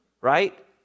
right